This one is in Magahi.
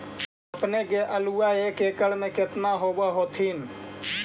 अपने के आलुआ एक एकड़ मे कितना होब होत्थिन?